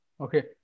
Okay